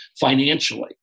financially